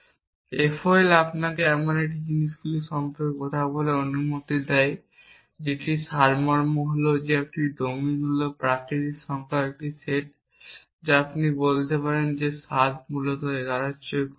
FOL আপনাকে এমন জিনিসগুলি সম্পর্কে কথা বলার অনুমতি দেয় যেটির সারমর্ম হল একটি ডমিন হল প্রাকৃতিক সংখ্যার একটি সেট যা আপনি বলতে পারেন 7 মূলত 11 এর থেকে কম